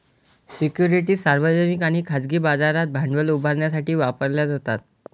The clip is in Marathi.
सिक्युरिटीज सार्वजनिक आणि खाजगी बाजारात भांडवल उभारण्यासाठी वापरल्या जातात